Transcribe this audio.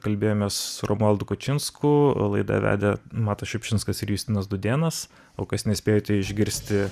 kalbėjomės su romaldu kučinsku laidą vedė matas šiupšinskas ir justinas dudėnas o kas nespėjote išgirsti